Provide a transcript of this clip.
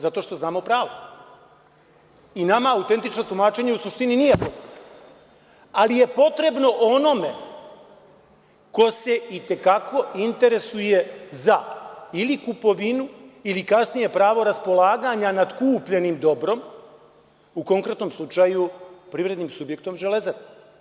Zato što znamo pravo i nama autentično tumačenje u suštini nije potrebno, ali je potrebno onome ko se i te kako interesuje za ili kupovinu ili kasnije pravo raspolaganja nad kupljenim dobrom, u konkretnom slučaju privrednim subjektom „Železare“